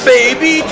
Baby